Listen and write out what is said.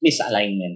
misalignment